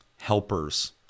helpers